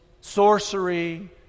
sorcery